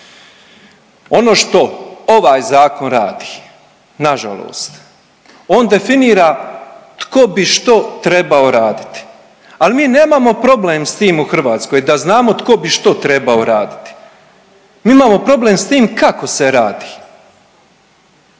Ono što ovaj zakon radi, na žalost, on definira tko bi što trebao raditi. Ali mi nemamo problem s tim u Hrvatskoj da znamo tko bi što trebao raditi. Mi imamo problem s tim kako se radi.